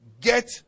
get